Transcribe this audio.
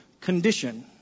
condition